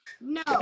no